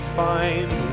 find